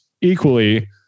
Equally